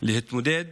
להתמודד